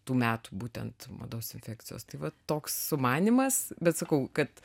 tų metų būtent mados infekcijos tai va toks sumanymas bet sakau kad